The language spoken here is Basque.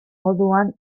moduan